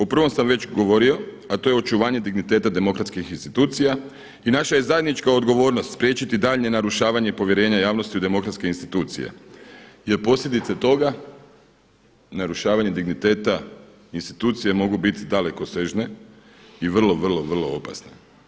O prvom sam već govorio a to je očuvanje digniteta demokratskih institucija i naša je zajednička odgovornost spriječiti daljnje narušavanje povjerenja javnosti u demokratske institucije jer posljedice toga narušavanje digniteta institucije mogu biti dalekosežne i vrlo opasne.